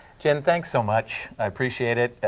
jen thanks so much. i appreciate it,